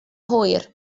hwyr